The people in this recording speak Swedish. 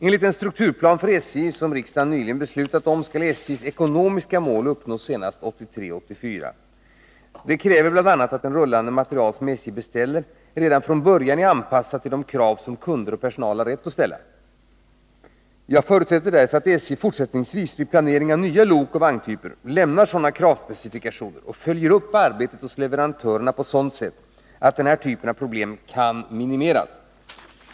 Enligt den strukturplan för SJ som riksdagen nyligen beslutat om skall SJ:s ekonomiska mål uppnås senast 1983/84. Detta kräver bl.a. att den rullande materiel som SJ beställer, redan från början är anpassad till de krav som kunder och personal har rätt att ställa. Jag förutsätter därför att SJ fortsättningsvis vid planeringen av nya lokoch vagntyper lämnar sådana kravspecifikationer och följer upp arbetet hos leverantörerna på sådant sätt att den här typen av problem kan minimeras.